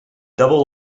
double